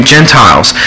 Gentiles